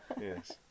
Yes